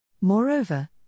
Moreover